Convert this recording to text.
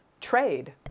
trade